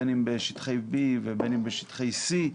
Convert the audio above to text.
בין אם בשטחי B ובין אם בשטחי C,